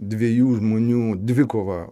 dviejų žmonių dvikova